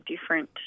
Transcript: different